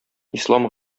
ислам